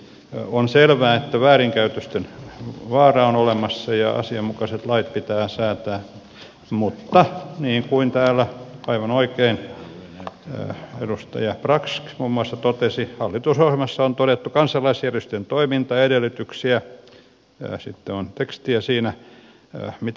on selvää että väärinkäytösten vaara on olemassa ja asianmukaiset lait pitää säätää mutta niin kuin täällä aivan oikein edustaja brax muun muassa totesi hallitusohjelmassa on todettu kansalaisjärjestöjen toimintaedellytyksistä ja sitten on tekstiä siitä mitä parannetaan